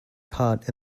part